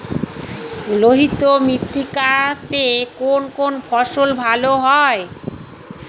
লোহিত মৃত্তিকাতে কোন কোন শস্য ভালো হয়?